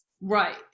Right